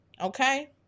okay